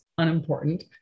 unimportant